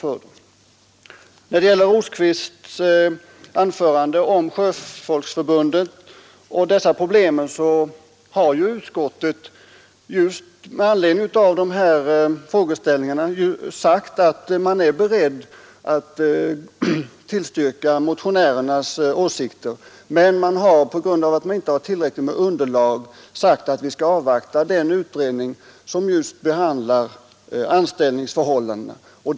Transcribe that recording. Beträffande herr Rosqvists anförande om sjöfolket och de här problemen har ju utskottet med anledning av dessa frågeställningar sagt att man är beredd att tillstyrka motionärernas begäran. Men på grund av att man inte har tillräckligt med underlag vill man avvakta den utredning som behandlar anställningsförhållandena.